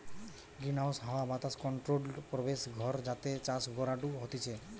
greenhouse হাওয়া বাতাস controlled পরিবেশ ঘর যাতে চাষ করাঢু হতিছে